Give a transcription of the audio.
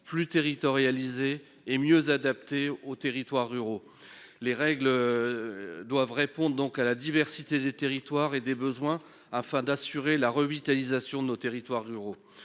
plus territorialisée et mieux adapté aux territoires ruraux les règles. Doivent répondent donc à la diversité des territoires et des besoins afin d'assurer la revitalisation de nos territoires ruraux,